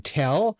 tell